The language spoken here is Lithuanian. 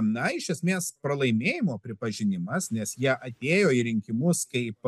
na iš esmės pralaimėjimo pripažinimas nes jie atėjo į rinkimus kaip